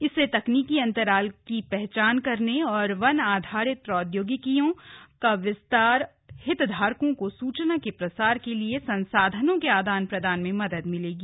इससे तकनीकी अंतराल की पहचान करने वन आधारित प्रौद्योगिकियों के विस्तार हितधारकों को सूचना के प्रसार के लिए संसाधनों के आदान प्रदान में मदद मिलेगी